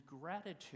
gratitude